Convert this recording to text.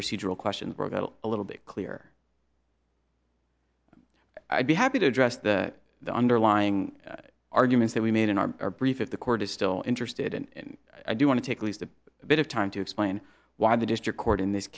procedural question a little bit clear i'd be happy to address the underlying arguments that we made in our brief if the court is still interested and i do want to take a least a bit of time to explain why the district court in this